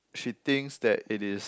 she thinks that it is